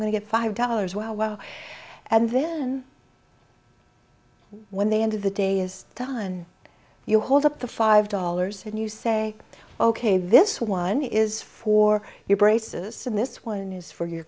going to get five dollars wow and then when the end of the day is done you hold up the five dollars and you say ok this one is for your braces and this one is for your